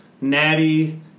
Natty